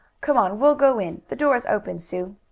come on, we'll go in the door is open, sue.